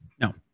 No